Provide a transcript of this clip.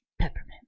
peppermint